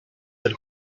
del